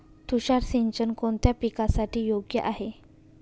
तुषार सिंचन कोणत्या पिकासाठी योग्य आहे?